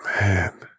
Man